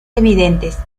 evidentes